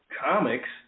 comics